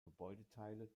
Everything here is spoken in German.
gebäudeteile